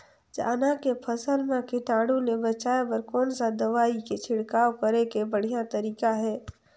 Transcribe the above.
चाना के फसल मा कीटाणु ले बचाय बर कोन सा दवाई के छिड़काव करे के बढ़िया तरीका हे?